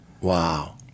Wow